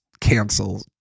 cancel